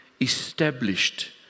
established